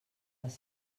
les